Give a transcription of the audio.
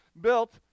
built